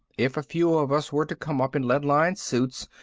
if a few of us were to come up in lead-lined suits,